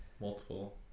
multiple